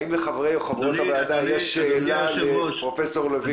האם לחברי הוועדה יש שאלות לפרופ' לוין?